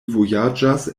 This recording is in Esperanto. vojaĝas